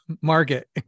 market